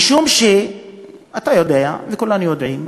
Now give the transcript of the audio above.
משום שאתה יודע וכולנו יודעים,